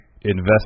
invest